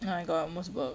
nah I got the most work